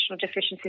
deficiencies